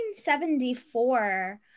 1974